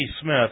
Smith